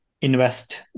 invest